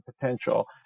potential